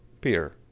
peer